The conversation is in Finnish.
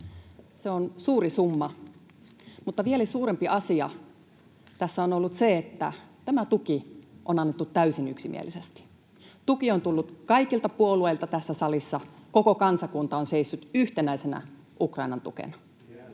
Se on suuri summa, mutta vielä suurempi asia tässä on ollut se, että tämä tuki on annettu täysin yksimielisesti. Tuki on tullut kaikilta puolueilta tässä salissa. Koko kansakunta on seissyt yhtenäisenä Ukrainan tukena.